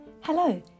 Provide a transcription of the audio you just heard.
Hello